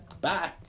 bye